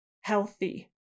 healthy